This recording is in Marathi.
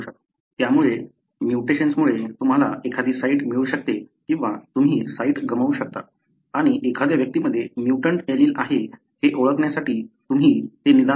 त्यामुळे म्यूटेशनमुळे तुम्हाला एखादी साइट मिळू शकते किंवा तुम्ही साइट गमावू शकता आणि एखाद्या व्यक्तीमध्ये म्युटंट एलील आहे हे ओळखण्यासाठी तुम्ही ते निदान वापरू शकता